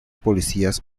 policías